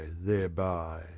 thereby